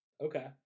okay